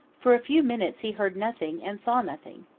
for a few minutes he heard nothing and saw nothing.